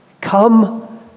come